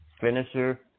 finisher